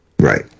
Right